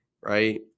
right